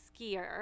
skier